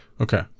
Okay